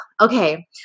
okay